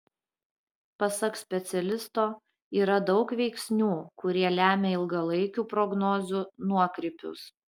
pasak specialisto yra daug veiksnių kurie lemia ilgalaikių prognozių nuokrypius